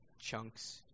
chunks